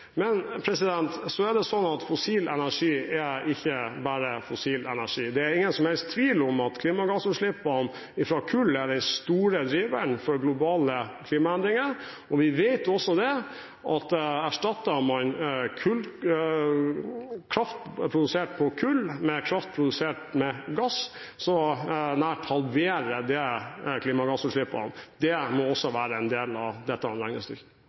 Men fossil energi er ikke bare fossil energi. Det er ingen som helst tvil om at klimagassutslippene fra kull er den store driveren for globale klimaendringer, og vi vet også at erstatter man kraft produsert på kull med kraft produsert med gass, halverer man nærmest klimagassutslippene. Det må også være en del av dette